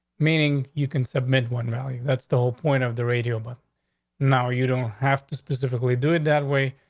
meaning you can submit one value. that's the whole point of the radio. but now you don't have to specifically do it that way.